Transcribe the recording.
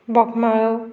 Bogmalo